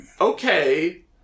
okay